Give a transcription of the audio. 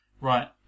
Right